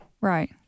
Right